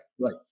right